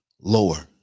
lower